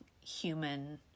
human